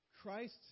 Christ